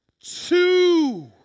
two